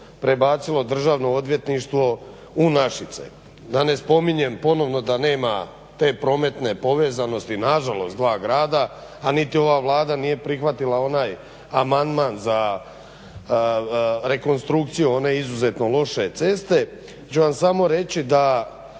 prebacilo Državno odvjetništvo u Našice. Da ne spominjem ponovno da nema te prometne povezanosti nažalost dva grada, a niti ova Vlada nije prihvatila onaj amandman za rekonstrukciju one izuzetno loše ceste ću vam samo reći da